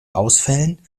ausfällen